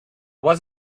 was